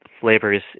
flavors